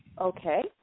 Okay